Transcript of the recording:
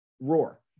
roar